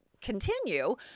continue